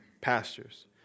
pastures